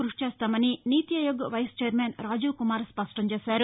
కృషి చేస్తామని NITI Aayog vice chairman Rajiv Kumar స్పష్టంచేశారు